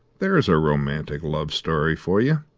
there's a romantic love-story for you.